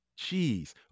jeez